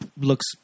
looks